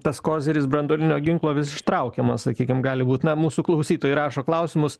tas koziris branduolinio ginklo vis ištraukiamas sakykim gali būt na mūsų klausytojai rašo klausimus